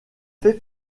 fait